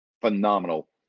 phenomenal